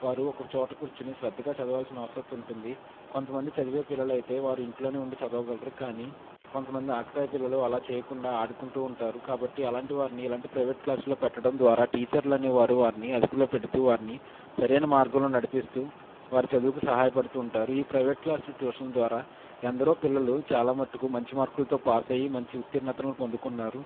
వారు ఒక చోట కూర్చుని శ్రద్ధగా చదవాల్సిన ఆసక్తి ఉంటుంది కొంతమంది చదివే పిల్లలైతే వారి ఇంట్లోనే ఉండి చదవగలరు కానీ కొంతమంది ఆకుతాయి పిల్లలు అలా చేయకుండా ఆడుకుంటూ ఉంటారు కాబట్టి అలాంటి వారిని ఇలాంటి ప్రైవేట్ క్లాసులో పెట్టడం ద్వారా టీచర్లు అనే వారు వారిని అదుపులో పెడుతూ వారిని సరైన మార్గంలో నడిపిస్తూ వారు చదువుకు సహాయపడుతుంటారు ఈ ప్రైవేట్ క్లాస్ ట్యూషన్ల ద్వారా ఎందరో పిల్లలు చాలా మటుకు మంచి మార్కులతో పాసై మంచి ఉత్తీర్ణతను పొందుకున్నారు